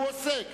הוא עוסק.